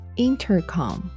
intercom